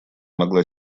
могла